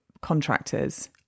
contractors